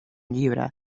llibre